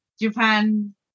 Japan